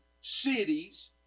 cities